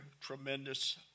tremendous